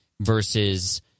versus